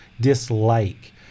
dislike